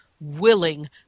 willing